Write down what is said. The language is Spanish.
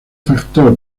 factor